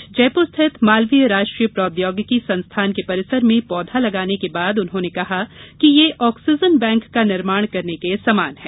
आज जयपुर रिथित मालवीय राष्ट्रीय प्रौद्योगिकी संस्थान के परिसर में पौधा लगाने के बाद उन्होंने कहा कि पौधे लगाना ऑक्सीजन बैंक का निर्माण करने के समान है